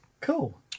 Cool